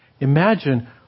Imagine